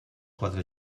quatre